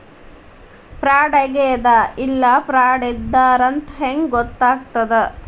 ಫ್ರಾಡಾಗೆದ ಇಲ್ಲ ಫ್ರಾಡಿದ್ದಾರಂತ್ ಹೆಂಗ್ ಗೊತ್ತಗ್ತದ?